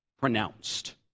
pronounced